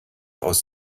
aus